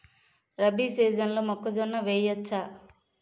రబీ సీజన్లో మొక్కజొన్న వెయ్యచ్చా?